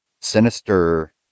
Sinister